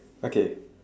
okay